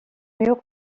murs